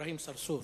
אברהים צרצור.